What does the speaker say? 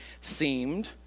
seemed